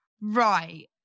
right